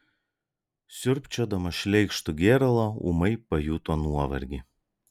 siurbčiodamas šleikštų gėralą ūmai pajuto nuovargį